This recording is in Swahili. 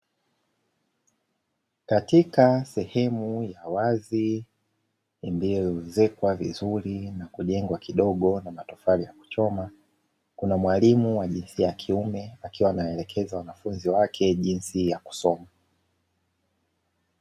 Katika sehemu ya wazi, iliyoezekwa vizuri na kujengwa kidogo na matofali ya kuchoma, kuna mwalimu wa jinsia ya kiume, akiwa anaelekeza wanafunzi wake jinsi ya kusoma.